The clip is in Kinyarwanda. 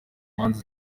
manza